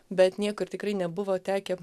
bet niekur tikrai nebuvo tekę